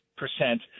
percent